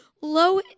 low